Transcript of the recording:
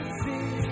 see